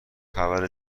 خبر